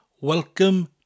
Welcome